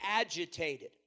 agitated